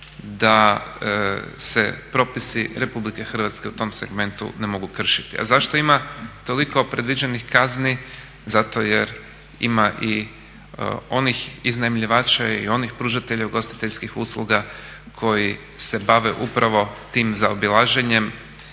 da se propisi Republike Hrvatske u tom segmentu na mogu kršiti. A zašto ima toliko predviđenih kazni? Zato jer ima i onih iznajmljivača i onih pružatelja ugostiteljskih usluga koji se bave upravo tim zaobilaženjem